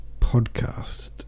Podcast